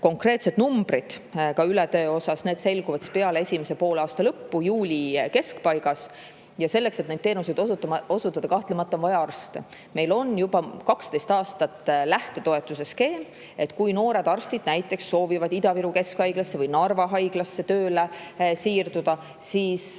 Konkreetsed numbrid, ka ületöö kohta, selguvad peale esimese poolaasta lõppu, juuli keskpaigas. Selleks, et teenuseid osutada, on kahtlemata vaja arste. Meil on juba 12 aastat lähtetoetuse skeem. Kui noored arstid soovivad näiteks Ida-Viru Keskhaiglasse või Narva Haiglasse tööle siirduda, siis